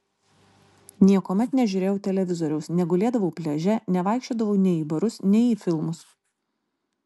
niekuomet nežiūrėjau televizoriaus negulėdavau pliaže nevaikščiodavau nei į barus nei į filmus